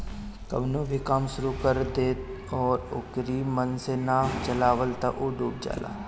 कवनो भी काम शुरू कर दअ अउरी ओके मन से ना चलावअ तअ उ डूब जाला